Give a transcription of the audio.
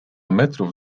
metrów